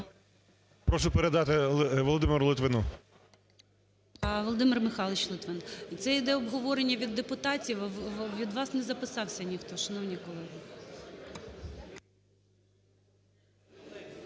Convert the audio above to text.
Прошу передати Володимиру Литвину. ГОЛОВУЮЧИЙ. Володимир Михайлович Литвин. Це іде обговорення від депутатів. Від вас не записався ніхто, шановні колеги.